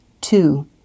two